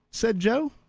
said joe,